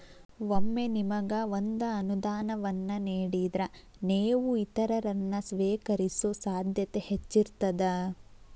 ಒಮ್ಮೆ ನಿಮಗ ಒಂದ ಅನುದಾನವನ್ನ ನೇಡಿದ್ರ, ನೇವು ಇತರರನ್ನ, ಸ್ವೇಕರಿಸೊ ಸಾಧ್ಯತೆ ಹೆಚ್ಚಿರ್ತದ